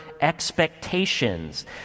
expectations